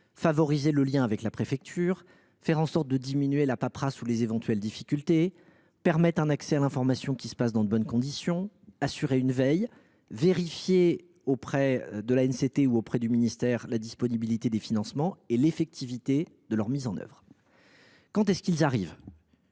favoriser le lien avec la préfecture, faire en sorte de diminuer la paperasse ou les éventuelles difficultés, permettre un accès à l’information dans de bonnes conditions, assurer une veille, vérifier auprès de l’ANCT ou du ministère la disponibilité des financements et l’effectivité de leur mise en œuvre. Quand arrivent